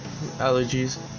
allergies